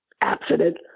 accident